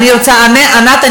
ענת,